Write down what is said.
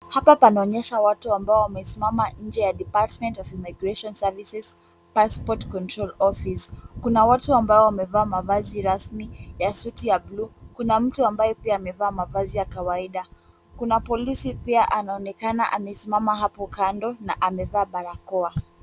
Hapa panaonyesha watu ambao wamesimama nje ya Department of Immigration Services Passport Control Office . Kuna watu ambao wamevaa mavazi rasmi ya suti ya blue , kuna mtu ambaye pia amevaa mavazi ya kawaida. Kuna polisi pia anaonekana amesimama hapo kando na amevaa barakoa.